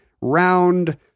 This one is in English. round